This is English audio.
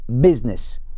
business